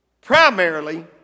primarily